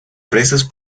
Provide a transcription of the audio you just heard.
presos